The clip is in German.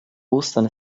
ostern